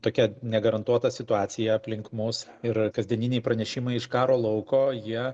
tokia negarantuota situacija aplink mus ir kasdieniniai pranešimai iš karo lauko jie